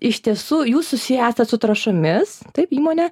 iš tiesų jūs susiję esat su trąšomis taip įmonė